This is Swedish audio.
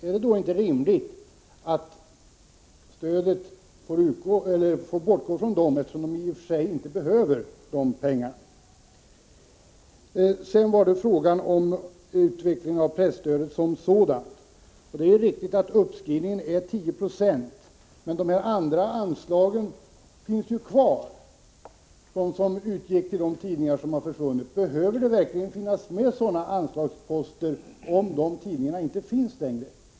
Är det då inte rimligt att stödet till de organisationstidningarna bortfaller, eftersom de inte behöver de pengarna? Sedan gäller det utvecklingen av presstödet som sådant. Det är riktigt att uppräkningen är 10 96. Men de anslag som utgick till de tidningar som har försvunnit finns ju kvar. Behöver det verkligen finnas med sådana anslagsposter om de tidningarna inte längre finns?